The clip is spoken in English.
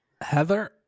Heather